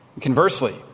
Conversely